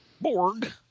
Borg